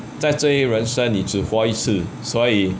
在这一人生你只活一次所以